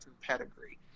pedigree